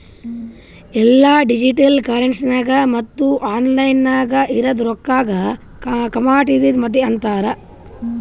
ಎಲ್ಲಾ ಡಿಜಿಟಲ್ ಕರೆನ್ಸಿಗ ಮತ್ತ ಆನ್ಲೈನ್ ನಾಗ್ ಇರದ್ ರೊಕ್ಕಾಗ ಕಮಾಡಿಟಿ ಮನಿ ಅಂತಾರ್